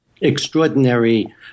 extraordinary